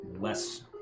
less